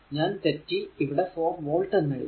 ഞാൻ തെറ്റി ഇവിടെ 4 വോൾട് എന്നെഴുതി